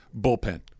bullpen